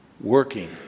working